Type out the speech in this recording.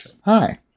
Hi